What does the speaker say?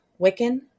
Wiccan